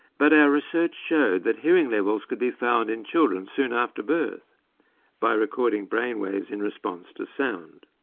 but our research showed that hearing levels could be found in children soon after birth by recording brainwaves in response to sound.